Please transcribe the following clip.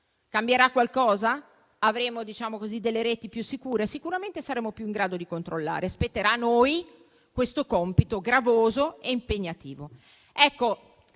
Cambierà qualcosa, avremo delle reti più sicure? Sicuramente saremo più in grado di controllare. Spetterà a noi questo compito gravoso e impegnativo.